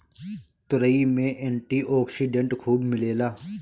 तुरई में antioxidant खूब मिलेला